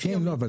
חופשי-יומי.